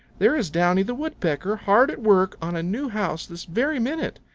there is downy the woodpecker hard at work on a new house this very minute.